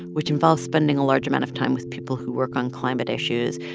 which involves spending a large amount of time with people who work on climate issues,